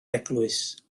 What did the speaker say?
eglwys